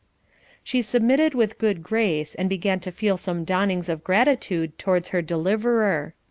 she submitted with good grace, and began to feel some dawnings of gratitude towards her deliverer.